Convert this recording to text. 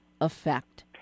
effect